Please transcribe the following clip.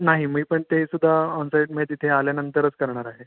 नाही मी पण ते सुद्धा ऑन साइट म्हणजे तिथे आल्यानंतरच करणार आहे